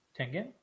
Tengen